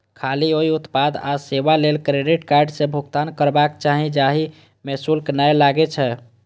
खाली ओइ उत्पाद आ सेवा लेल क्रेडिट कार्ड सं भुगतान करबाक चाही, जाहि मे शुल्क नै लागै छै